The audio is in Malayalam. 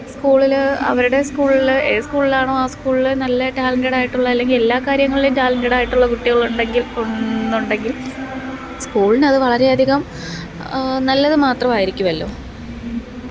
സ്കൂളിൽ അവരുടെ സ്കൂളിൽ ഏത് സ്കൂളിലാണോ ആ സ്കൂളിൽ നല്ല ടാലന്റടായിട്ടുള്ള അല്ലെങ്കിൽ എല്ലാ കാര്യങ്ങളിലും ടാലന്റടായിട്ടുള്ള കുട്ടികളുണ്ടെങ്കില് ഒന്നുണ്ടെങ്കില് സ്കൂളിനത് വളരെയധികം നല്ലത് മാത്രമായിരിക്കുമല്ലോ